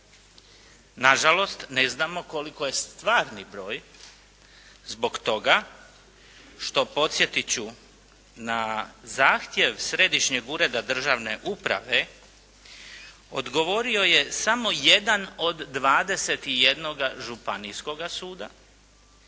Na žalost ne znamo koliko je stvarni broj zbog toga što podsjetit ću na zahtjev Središnjeg ureda državne uprave odgovorio je samo jedan od 21 županijskoga suda,